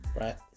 right